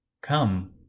Come